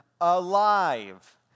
alive